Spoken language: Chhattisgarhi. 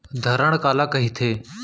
धरण काला कहिथे?